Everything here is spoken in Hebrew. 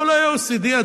לא ל-OECD,